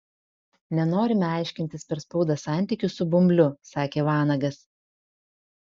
nenorime aiškintis per spaudą santykių su bumbliu sakė vanagas